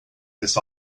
this